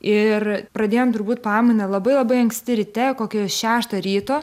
ir pradėjom turbūt pamainą labai labai anksti ryte kokią šeštą ryto